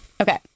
Okay